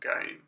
game